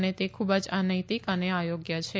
અને તે ખૂબ જ અનૈતિક અને અયોગ્ય છે